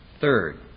Third